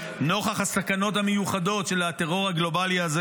נוכח הסכנות המיוחדות של הטרור הגלובלי הזה.